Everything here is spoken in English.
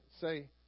say